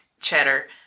cheddar